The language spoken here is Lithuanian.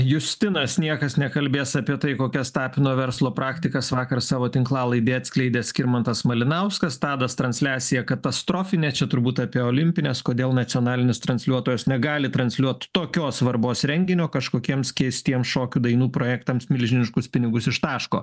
justinas niekas nekalbės apie tai kokias tapino verslo praktikas vakar savo tinklalaidėje atskleidė skirmantas malinauskas tadas transliacija katastrofinė čia turbūt apie olimpines kodėl nacionalinis transliuotojas negali transliuot tokios svarbos renginio kažkokiems keistiems šokių dainų projektams milžiniškus pinigus ištaško